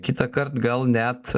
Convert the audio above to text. kitąkart gal net